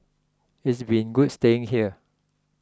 it's been good staying here